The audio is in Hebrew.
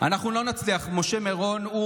אנחנו לא נצליח, על מי אתה מדבר?